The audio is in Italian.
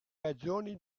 ragioni